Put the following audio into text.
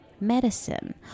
medicine